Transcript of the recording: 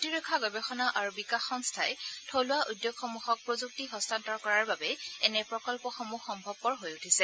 প্ৰতিৰক্ষা গৱেষণা আৰু বিকাশ সংস্থাই থলুৱা উদ্যোগসমূহক প্ৰযুক্তি হস্তান্তৰ কৰাৰ বাবেই এনে প্ৰকল্পসমূহ সম্ভৱপৰ হৈ উঠিছে